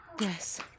Yes